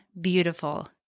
beautiful